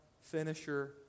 finisher